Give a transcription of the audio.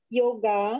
yoga